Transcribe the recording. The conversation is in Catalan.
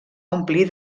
omplir